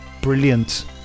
brilliant